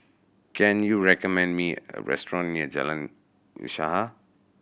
can you recommend me a restaurant near Jalan Usaha